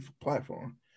platform